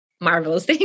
marvelous